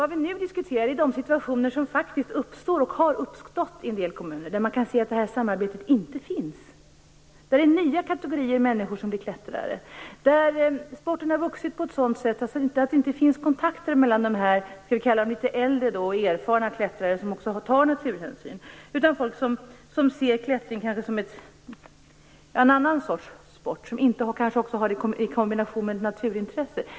Vad vi nu diskuterar är de situationer som uppstår, och som har uppstått, i en del kommuner och där man kan se att nämnda samarbete inte finns. Det är nya kategorier som blir klättrare. Sporten har dessutom vuxit på ett sådant sätt att det inte finns några kontakter mellan de litet äldre och erfarna klättrare som tar naturhänsyn och dem som kanske ser klättringen som en annan sorts sport och som inte kombinerar klättringen med ett naturintresse.